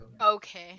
Okay